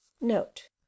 Note